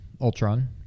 Ultron